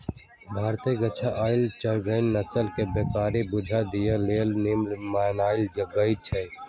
भारतके गद्दी आ चांगथागी नसल के बकरि बोझा ढोय लेल निम्मन मानल जाईछइ